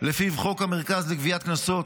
שלפיו חוק המרכז לגביית קנסות,